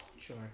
Sure